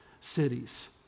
cities